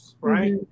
right